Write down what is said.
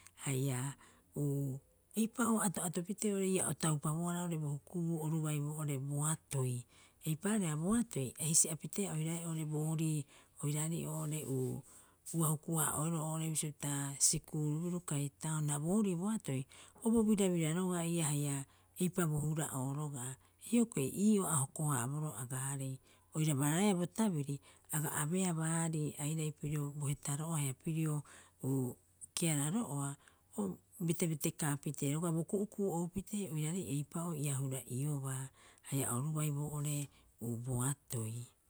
Haia eipa'oo ato'ato pitee oo'ore ia o taupabohara oru bai boo'ore boatoi. Eipaareha boatoi, a hisi'apiteea oiraae boorii oiraarei oo'ore uu ua hukuhaa'oeroo oo'ore bisio pita sikuurubiru kai taun ha boorii boatoi o bo birabira roga'a ii'aa haia, eipa bo hura'o roga'a. Hioko'i ii'oo a hoko- haaboroo agaarei. Oiraba raeea bo tabiri, aga abeea baarii airai pirio bo hetaro'oa haia pirio keararo'oa betebete kaapitee roga'a bo ku'uku'u oupitee oiraarei eipa'oo ia hura'iobaa haia oru bai boo'ore boatoi.